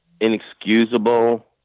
inexcusable